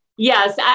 Yes